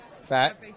Fat